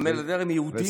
אתה מדבר על יהודים?